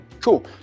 Cool